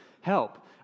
help